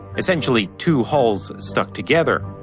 essentially two hulls stuck together.